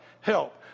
help